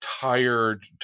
tired